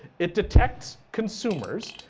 it detects consumers.